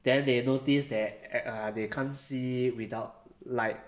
then they noticed that eh uh they can't see without light